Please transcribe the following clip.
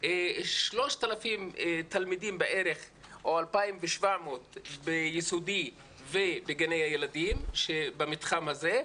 יש 3,000 תלמידים בערך או 2,700 ביסודי ובגני הילדים במתחם הזה,